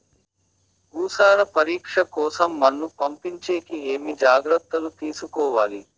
భూసార పరీక్ష కోసం మన్ను పంపించేకి ఏమి జాగ్రత్తలు తీసుకోవాలి?